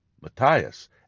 Matthias